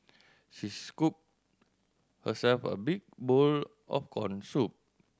she scooped herself a big bowl of corn soup